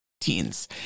teens